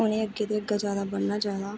उ'नेंगी अग्गें तू अग्गें जैदा बढ़ना चाहिदा